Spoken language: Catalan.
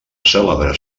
cèlebre